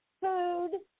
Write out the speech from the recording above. food